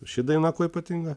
ši daina kuo ypatinga